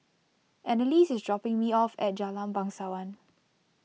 Annalise is dropping me off at Jalan Bangsawan